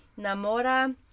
Namora